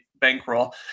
bankroll